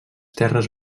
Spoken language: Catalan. terres